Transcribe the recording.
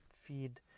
feed